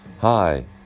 Hi